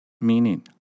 meaning